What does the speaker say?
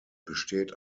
besteht